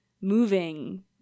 moving